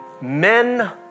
Men